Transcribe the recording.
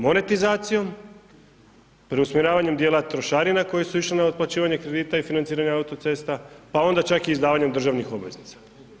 Monetizacijom, preusmjeravanjem dijela trošarina koje su išle na otplaćivanje kredita i financiranje autocesta, pa onda čak i izdavanjem državnih obveznica.